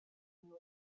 knew